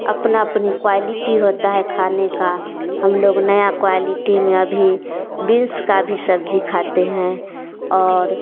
अपना अपनी क्वालिटी होता है खाने का हम लोगों नया क्वालिटी में अभी बींस का भी सब्जी खाते हैं और